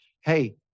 hey